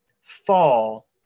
fall